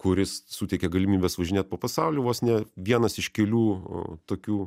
kuris suteikia galimybes važinėt po pasaulį vos ne vienas iš kelių tokių